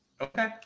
Okay